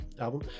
album